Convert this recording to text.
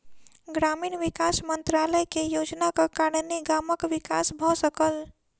ग्रामीण विकास मंत्रालय के योजनाक कारणेँ गामक विकास भ सकल